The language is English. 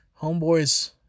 homeboys